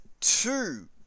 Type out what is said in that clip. two